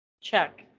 Check